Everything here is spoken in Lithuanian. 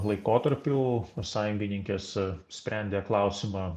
laikotarpiu sąjungininkės sprendė klausimą